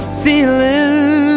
feeling